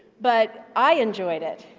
but i enjoyed it.